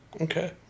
okay